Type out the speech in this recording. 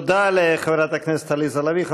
תודה לחברת הכנסת עליזה לביא.